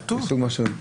כתוב.